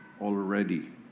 already